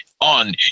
on